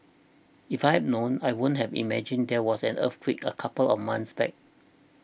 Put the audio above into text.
if I known I wouldn't have imagined there was an earthquake a couple of months back